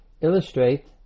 illustrate